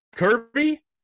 Kirby